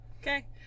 Okay